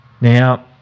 Now